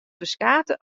ferskate